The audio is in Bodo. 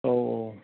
औ